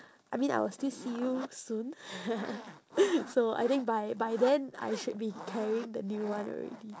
I mean I will still see you soon so I think by by then I should be carrying the new one already